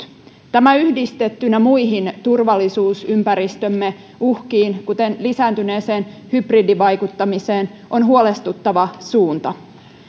tämä yhdistettynä muihin turvallisuusympäristömme uhkiin kuten lisääntyneeseen hybridivaikuttamiseen on huolestuttava suunta